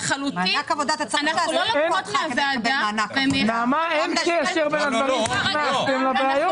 אין קשר בין הדברים שהכנסתם לבעיות.